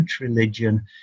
religion